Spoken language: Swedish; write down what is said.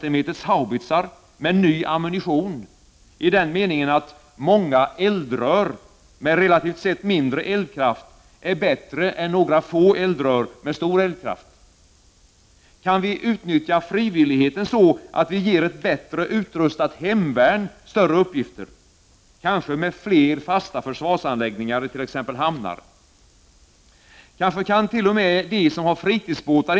I dag vet vi att beslutsunderlaget inför försvarsbeslutet var bristfälligt, samtidigt som kostnadsökningen på försvarsmateriel skedde snabbare än väntat. Inför den fortsatta hanteringen av försvarsfrågan sitter därför alla partier i samma båt.